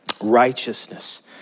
righteousness